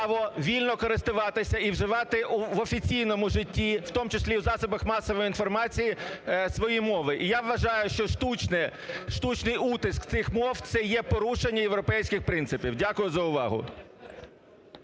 вільно користуватися і вживати в офіційному житті, в тому числі, у засобах масової інформації своєї мови. І я вважаю, що штучна… штучний утиск цих мов – це є порушення європейських принципів. Дякую за увагу.